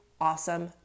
awesome